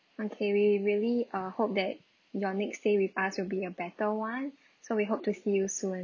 okay we really uh hope that your next day with us will be a better [one] so we hope to see you soon